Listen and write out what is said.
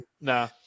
Nah